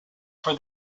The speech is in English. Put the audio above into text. for